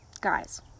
Guys